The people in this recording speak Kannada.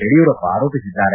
ಯಡಿಯೂರಪ್ಪ ಆರೋಪಿಸಿದ್ದಾರೆ